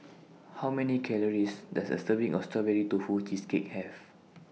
How Many Calories Does A Serving of Strawberry Tofu Cheesecake Have